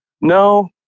No